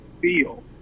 feel